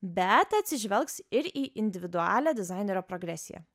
bet atsižvelgs ir į individualią dizainerio progresiją